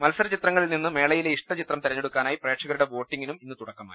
മത്സര ചിത്രങ്ങളിൽ നിന്ന് മേളയിലെ ഇഷ്ടചിത്രം തിരഞ്ഞെടുക്കാനായി പ്രേക്ഷകരുടെ വോട്ടിങ്ങിനും ഇന്നു തുടക്കമായി